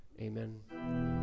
Amen